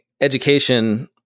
education